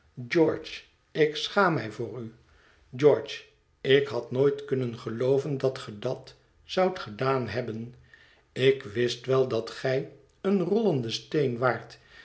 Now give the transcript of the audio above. george ik schaam mij voor u george ik had nooit kunnen gelooven dat ge dat zoudt gedaan hebben ik wist wel dat gij een rollende steen waart